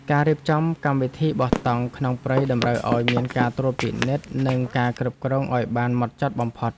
ការរៀបចំកម្មវិធីបោះតង់ក្នុងព្រៃតម្រូវឱ្យមានការត្រួតពិនិត្យ និងការគ្រប់គ្រងឱ្យបានហ្មត់ចត់បំផុត។